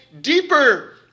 deeper